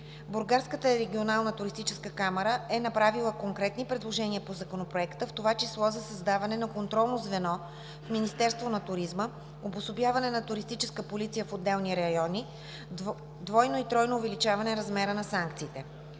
Бургаската регионална туристическа камара е направила конкретни предложения по Законопроекта, в това число за създаване на контролно звено в Министерството на туризма; обособяване на туристическа полиция в отделни региони; двойно и тройно увеличаване размера на санкциите.